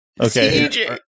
Okay